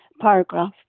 paragraph